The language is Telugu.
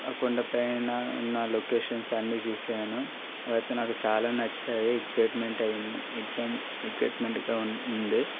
ఆ కొండ పైన ఉన్న లొకేషన్స్ అన్నీ చూశాను అవైతే నాకు చాలా నచ్చాయి ఎక్సైట్మెంట్ అయింది ఎగ్జామ్ ఎక్సైట్మెంట్గా ఉంటుంది